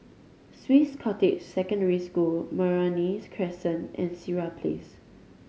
Swiss Cottage Secondary School Meranti Crescent and Sireh Place